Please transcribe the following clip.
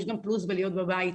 יש גם פלוס בלהיות בבית.